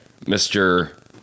Mr